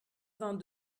vingt